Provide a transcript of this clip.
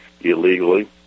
illegally